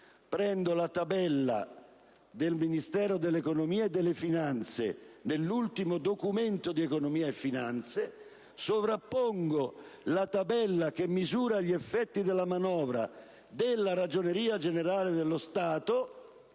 Prendo la tabella del Ministero dell'economia e delle finanze dell'ultimo Documento di economia e finanza, sovrappongo la tabella che misura gli effetti della manovra della Ragioneria generale dello Stato